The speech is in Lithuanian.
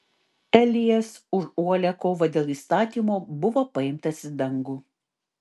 elijas už uolią kovą dėl įstatymo buvo paimtas į dangų